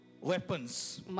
weapons